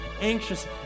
anxious